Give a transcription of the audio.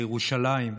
לירושלים,